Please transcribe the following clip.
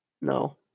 No